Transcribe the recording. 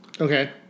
Okay